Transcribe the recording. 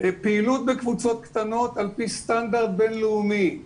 פעילות בקבוצות קטנות על פי סטנדרט בין-לאומי,